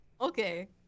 Okay